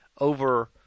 over